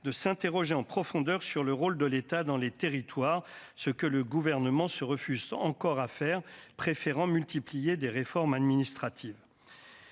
de s'interroger en profondeur sur le rôle de l'État dans les territoires, ce que le gouvernement se refuse encore à faire, préférant multiplier des réformes administratives,